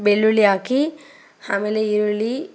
ಬೆಳ್ಳುಳ್ಳಿ ಹಾಕಿ ಆಮೇಲೆ ಈರುಳ್ಳಿ